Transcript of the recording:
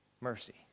mercy